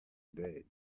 bed